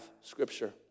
scripture